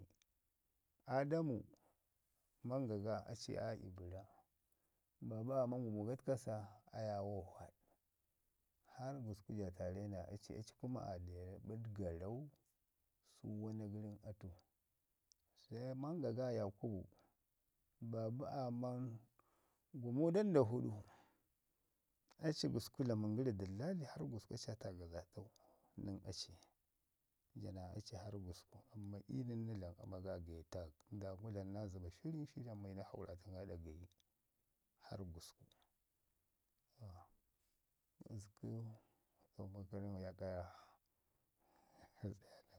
Aadamu mamgaga aci aa ibəra babu aaman gumu gatkasa ayuwo vaɗ, harr gusku ja tara naa aci aci kuma aa ɗəbəɗ garau, su wana gəri nən atu. Se manga ga Yakubu, babu aaman gumu dandafuɗu, aci gusku dlamən gəri dəllali, harn gusku aci nən aci. Ja naa aci harr gusku amman iyu nən na dlama ama getak, ndangu dlamu naa zəba shirin shirin and iyu na hakuratən ii ɗa gaji har gusku.